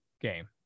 game